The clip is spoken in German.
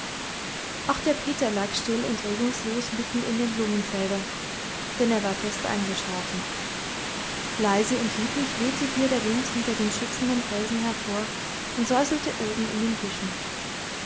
auch der peter lag still und regungslos mitten in dem blumenfelde denn er war fest eingeschlafen leise und lieblich wehte hier der wind hinter den schützenden felsen hervor und säuselte oben in den büschen